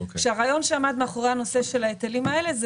כשהרעיון שעמד מאחורי הנושא של ההיטלים האלה זה